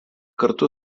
kartu